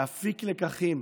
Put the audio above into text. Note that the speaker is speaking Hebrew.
להפיק לקחים,